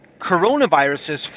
coronaviruses